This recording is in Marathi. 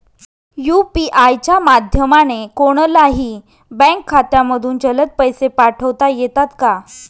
यू.पी.आय च्या माध्यमाने कोणलाही बँक खात्यामधून जलद पैसे पाठवता येतात का?